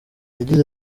yagize